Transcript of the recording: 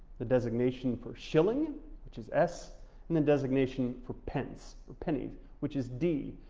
the designation for shilling which is s and then designation for pence or pennies which is d.